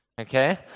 okay